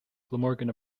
glamorgan